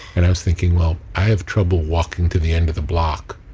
and i was thinking, well, i have trouble walking to the end of the block,